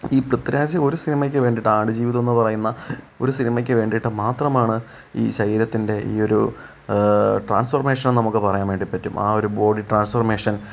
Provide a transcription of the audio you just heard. ഈ പൃത്വിരാജ് ഒരു സിനിമയ്ക്ക് വേണ്ടീട്ട് ആടുജീവിതം എന്ന് പറയുന്ന ഒരു സിനിമക്ക് വേണ്ടീട്ട് മാത്രമാണ് ഈ ശരീരത്തിൻ്റെ ഈ ഒരു ട്രാൻസ്ഫോർമേഷൻ നമുക്ക് പറയാൻ വേണ്ടി പറ്റും ആ ഒരു ബോഡി ട്രാൻസ്ഫോർമേഷൻ